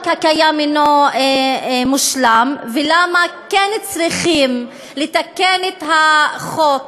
הקיים אינו מושלם ולמה כן צריכים לתקן את החוק,